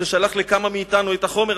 ששלח לכמה מאתנו את החומר הזה,